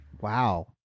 wow